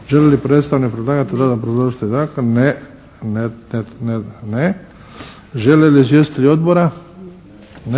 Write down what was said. Želi li predstavnik predlagatelja dodatno obrazložiti zakon? Ne. Žele li izvjestitelji odbora? Ne.